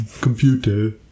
computer